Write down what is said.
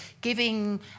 giving